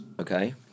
Okay